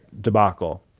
debacle